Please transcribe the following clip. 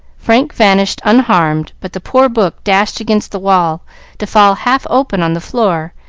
frank vanished unharmed, but the poor book dashed against the wall to fall half open on the floor,